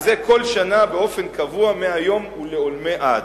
וזה כל שנה באופן קבוע, מהיום ולעולמי עד.